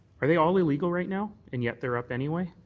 are they all illegal right now and yet they're up anyway?